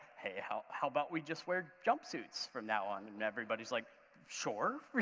hey, how how about we just wear jumpsuits from now on? and everybody is like sure.